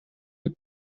mit